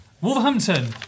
Wolverhampton